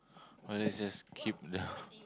oh let's just keep the